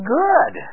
good